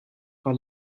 par